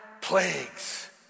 plagues